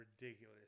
ridiculous